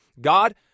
God